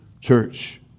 Church